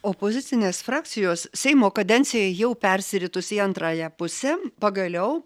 opozicinės frakcijos seimo kadencijai jau persiritus į antrąją pusę pagaliau